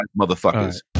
motherfuckers